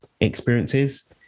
experiences